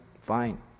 Fine